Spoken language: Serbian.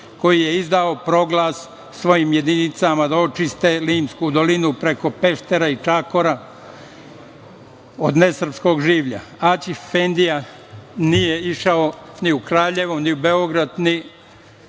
koji je izdao Proglas svojim jedinicama da očiste Limsku dolinu preko Peštera i Čakora od nesrpskog življa. Aćif Efendija nije išao ni u Kraljevo, ni u Beograd, ni